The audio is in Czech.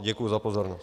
Děkuji za pozornost.